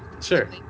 Sure